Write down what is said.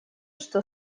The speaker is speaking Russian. что